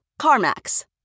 CarMax